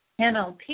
NLP